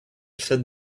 said